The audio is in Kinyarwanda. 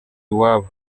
iwabo